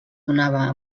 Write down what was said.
donava